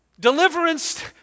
Deliverance